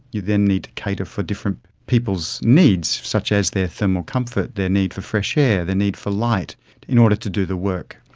you then need to cater for different people's needs such as their thermal comfort, their need for fresh air, their need for light in order to do the work.